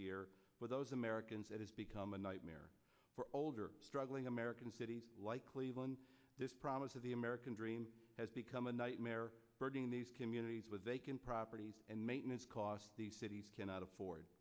year with those americans it has become a nightmare for older struggling american cities like cleveland this promise of the american dream has become a nightmare burden in these communities with vacant properties and maintenance costs the city's cannot afford